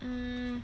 mm